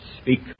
Speak